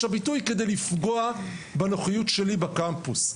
הביטוי כדי לפגוע בנוחיות שלי בקמפוס.